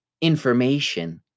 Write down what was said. information